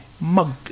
mug